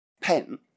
pen